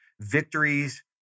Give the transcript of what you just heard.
victories